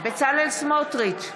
בצלאל סמוטריץ'